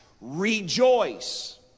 rejoice